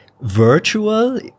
virtual